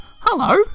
Hello